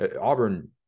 Auburn